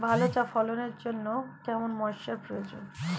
ভালো চা ফলনের জন্য কেরম ময়স্চার প্রয়োজন?